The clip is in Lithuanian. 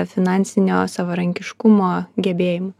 finansinio savarankiškumo gebėjimų